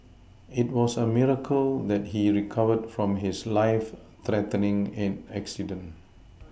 it was a miracle that he recovered from his life threatening accident